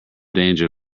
danger